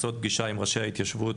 לעשות פגישה עם ראשי ההתיישבות,